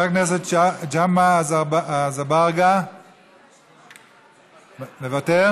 מוותר, חבר הכנסת ג'מעה אזברגה, מוותר?